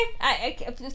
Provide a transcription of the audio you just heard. okay